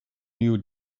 new